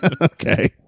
Okay